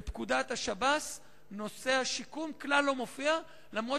בפקודת השב"ס נושא השיקום לא מופיע כלל,